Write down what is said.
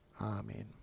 Amen